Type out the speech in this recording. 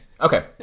Okay